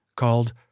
Called